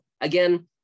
Again